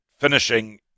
finishing